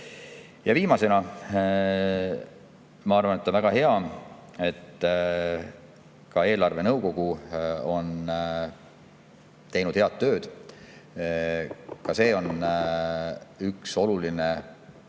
Ja viimasena: on väga hea, et ka eelarvenõukogu on teinud head tööd. See on üks oluline